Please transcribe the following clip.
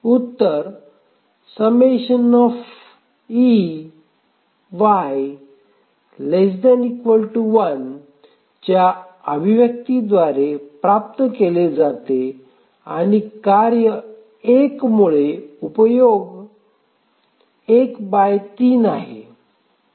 उत्तर ∑e y≤ 1 च्या अभिव्यक्तीद्वारे प्राप्त केले जाते जआणि कार्य १ मुळे उपयोग 13 आहे